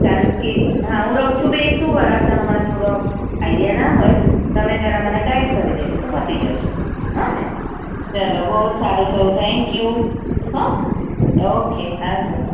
કારણકે હા હું રહું છું વેસુ વરાછા અને મને થોડો આઇડિયા ના હોય તમે જરા મને ગાઈડ કરી દેજો તો પતી જશે હાંને ચાલો બહુ જ સારું થયું થેન્ક યુ હઁ ઓકે આવજો